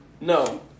no